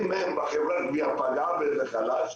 אם חברת הגבייה פגעה בחלש,